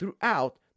throughout